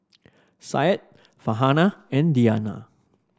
Syed Farhanah and Diyana